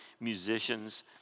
musicians